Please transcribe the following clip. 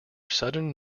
sudden